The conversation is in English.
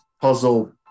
puzzle